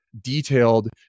detailed